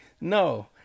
No